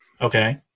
Okay